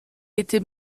était